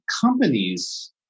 companies